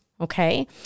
Okay